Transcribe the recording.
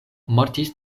mortis